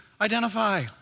identify